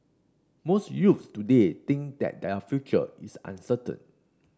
most youths today think that their future is uncertain